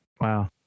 Wow